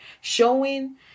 showing